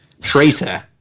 Traitor